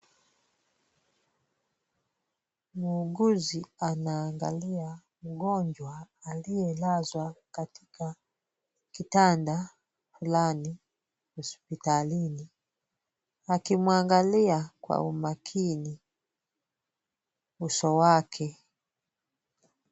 Muuguzi anaangalia mgonjwa aliyelazwa katika kitanda fulani hospitalini akimwangalia kwa umakini uso wake.